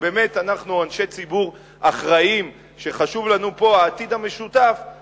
באמת אם אנחנו אנשי ציבור אחראיים וחשוב לנו העתיד המשותף פה,